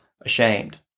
ashamed